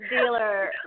dealer